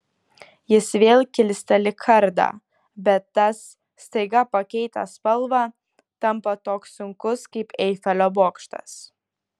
jis vėl kilsteli kardą bet tas staiga pakeitęs spalvą tampa toks sunkus kaip eifelio bokštas